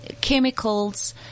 chemicals